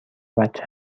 بچه